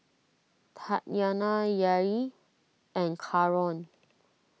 Tatyanna Yair and Karon